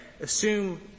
assume